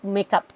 make up